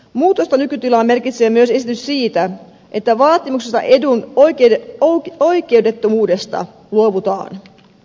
muutosta nykytilaan merkitsee myös esitys siitä että vaatimuksesta edun oikeudettomuudesta luovutaan